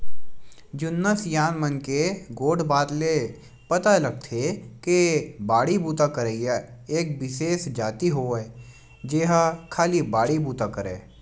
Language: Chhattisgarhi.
जुन्ना सियान मन के गोठ बात ले पता लगथे के बाड़ी बूता करइया एक बिसेस जाति होवय जेहा खाली बाड़ी बुता करय